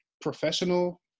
professional